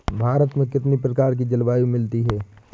भारत में कितनी प्रकार की जलवायु मिलती है?